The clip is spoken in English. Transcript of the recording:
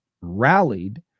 rallied